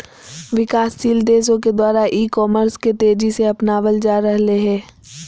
विकासशील देशों के द्वारा ई कॉमर्स के तेज़ी से अपनावल जा रहले हें